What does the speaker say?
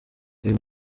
ayo